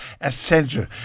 Essential